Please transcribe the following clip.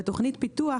ותוכנית פיתוח,